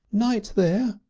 knight there!